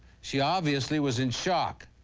she obviously was in shock.